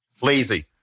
Lazy